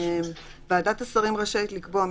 חינוך 18. ועדת השרים רשאית לקבוע,